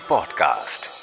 Podcast